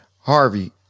Harvey